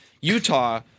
Utah